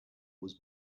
was